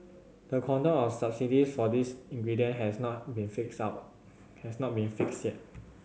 the quantum of subsidies for these ingredient has not been fixed out has not been fixed yet